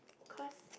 because